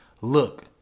look